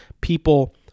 people